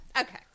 okay